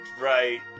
right